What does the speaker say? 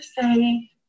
say